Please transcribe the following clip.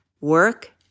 work